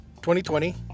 2020